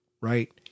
right